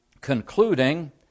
concluding